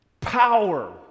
power